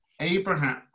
Abraham